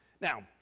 now